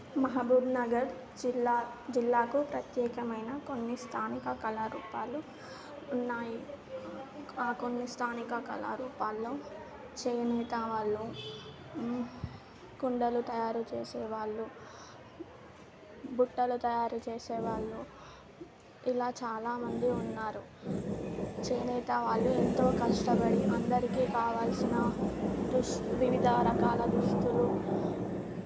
మహబూబ్నగర్ జిల్లా జిల్లాకు ప్రత్యేకమైన కొన్ని స్థానిక కళారూపాలు ఉన్నాయి ఆ కొన్ని స్థానిక కళారూపాల్లో చేనేతవాళ్ళు కుండలు తయారు చేసేవాళ్ళు బుట్టలు తయారు చేసేవాళ్ళు ఇలా చాలా మంది ఉన్నారు చేనేతవాళ్ళు ఎంతో కష్టపడి అందరికీ కావాలసిన రిస్ట్ వివిధ రకాల దుస్తులు